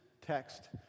text